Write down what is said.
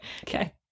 okay